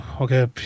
okay